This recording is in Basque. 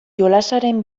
jolasaren